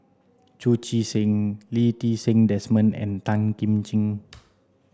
Chu Chee Seng Lee Ti Seng Desmond and Tan Kim Ching